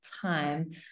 time